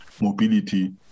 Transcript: mobility